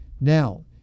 Now